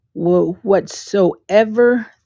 whatsoever